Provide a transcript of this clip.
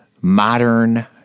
modern